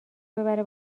ببره